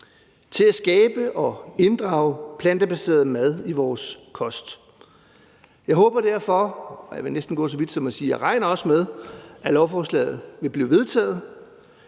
til at skabe og inddrage plantebaseret mad i vores kost. Jeg håber derfor – og jeg vil næsten gå så vidt som til at sige, at jeg også regner med det – at lovforslaget vil blive vedtaget,